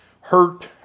hurt